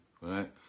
right